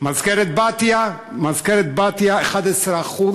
מזכרת-בתיה 11%,